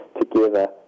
together